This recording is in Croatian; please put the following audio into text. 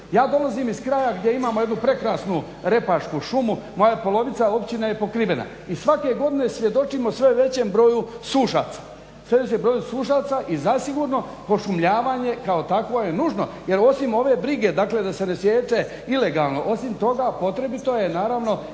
Ja dolazim iz kraja gdje imamo jednu prekrasnu repašku šumu, moja je polovica, a općina je pokrivena. I svake godine svjedočimo sve većem broju sušaca i zasigurno pošumljavanje kao takvo je nužno jer osim ove brige da se ne sječe ilegalno, osim toga potrebito je naravno